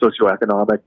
socioeconomic